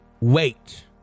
wait